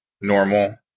normal